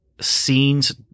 scenes